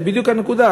זאת בדיוק הנקודה.